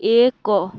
ଏକ